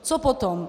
Co potom?